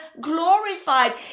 glorified